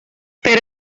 pero